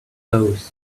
closed